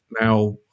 Now